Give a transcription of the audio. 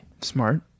Smart